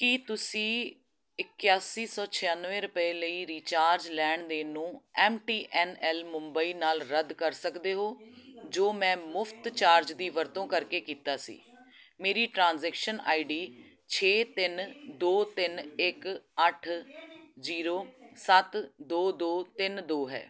ਕੀ ਤੁਸੀਂ ਇਕਾਸੀ ਸੌ ਛਿਆਨਵੇਂ ਰੁਪਏ ਲਈ ਰੀਚਾਰਜ ਲੈਣ ਦੇਣ ਨੂੰ M T N L Mumbai ਨਾਲ ਰੱਦ ਕਰ ਸਕਦੇ ਹੋ ਜੋ ਮੈਂ ਮੁਫ਼ਤ ਚਾਰਜ ਦੀ ਵਰਤੋਂ ਕਰਕੇ ਕੀਤਾ ਸੀ ਮੇਰੀ ਟ੍ਰਾਂਜੈਕਸ਼ਨ ਆਈ ਡੀ ਛੇ ਤਿੰਨ ਦੋ ਤਿੰਨ ਇੱਕ ਅੱਠ ਜ਼ੀਰੋ ਸੱਤ ਦੋ ਦੋ ਤਿੰਨ ਦੋ ਹੈ